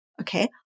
Okay